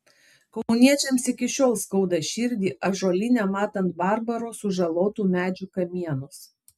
kauniečiams iki šiol skauda širdį ąžuolyne matant barbaro sužalotų medžių kamienus